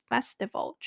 Festival